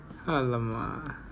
alright